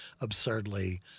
absurdly